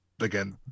again